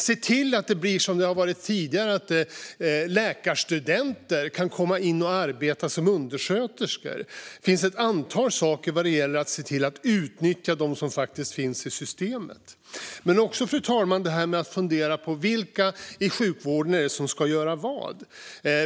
Se till att det blir som det har varit tidigare så att läkarstudenter kan komma in och arbeta som undersköterskor. Det finns ett antal saker som kan göras för att se till att utnyttja dem som faktiskt finns i systemet. Vi måste också, fru talman, fundera på vilka i sjukvården som ska göra vad.